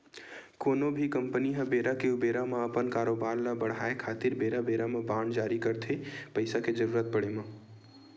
कोनो भी कंपनी ह बेरा के ऊबेरा म अपन कारोबार ल बड़हाय खातिर बेरा बेरा म बांड जारी करथे पइसा के जरुरत पड़े म